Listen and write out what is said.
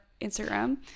Instagram